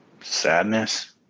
sadness